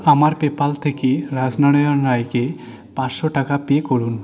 আমার পেপাল থেকে রাজনারায়ণ রায়কে পাঁচশো টাকা পে করুন